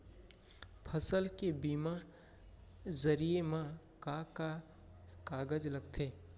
फसल के बीमा जरिए मा का का कागज लगथे?